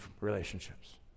relationships